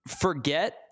forget